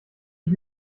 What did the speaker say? ich